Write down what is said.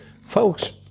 Folks